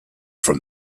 from